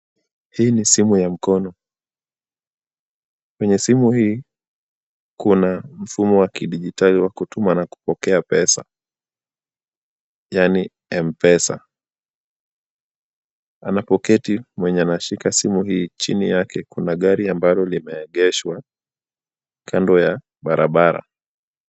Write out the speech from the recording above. Hii ni simu ya mkono. Kwenye simu hii kuna mfumo wa kidijitali wa kutuma na kupokea pesa yaani M-Pesa. Anapoketi mwenye anashika simu hii, chini yake kuna gari ambalo limeegeshwa kando ya barabara.